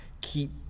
keep